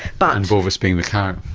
but and bovis being the cow? um